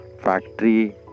factory